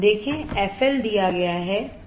देखें FL दिया गया है fH दिया गया है